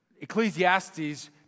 Ecclesiastes